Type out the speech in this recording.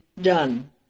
done